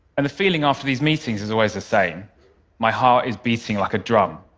and the feeling after these meetings is always the same my heart is beating like a drum,